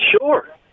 Sure